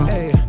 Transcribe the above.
Hey